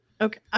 Okay